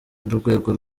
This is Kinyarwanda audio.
n’urwego